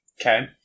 Okay